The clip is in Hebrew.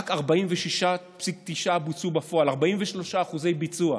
רק 46.9 בוצעו בפועל, 43% ביצוע.